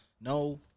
No